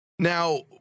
Now